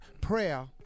prayer